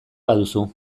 baduzu